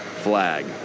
flag